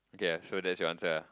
okay so that's your answer ah